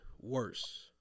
worse